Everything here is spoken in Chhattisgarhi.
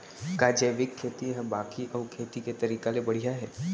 का जैविक खेती हा बाकी अऊ खेती के तरीका ले सबले बढ़िया हे?